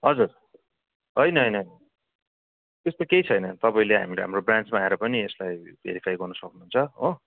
हजुर होइन होइन त्यस्तो केही छैन तपाईँले हामीलाई हाम्रो ब्रान्चमा आएर पनि यसलाई भेरिफाई गर्नु सक्नुहुन्छ हो